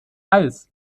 als